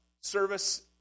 service